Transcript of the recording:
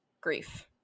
grief